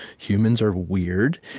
humans are weird.